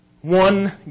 one